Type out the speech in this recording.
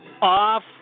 Off